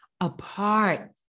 apart